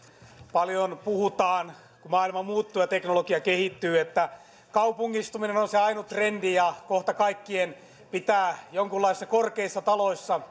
paljon puhutaan kun maailma muuttuu ja teknologia kehittyy että kaupungistuminen on se ainut trendi ja kohta kaikkien pitää jonkunlaisissa korkeissa taloissa